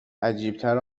عجیبتر